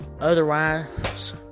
otherwise